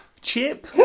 Chip